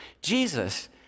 Jesus